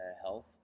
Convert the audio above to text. health